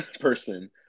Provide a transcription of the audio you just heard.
person